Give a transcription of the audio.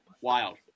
Wild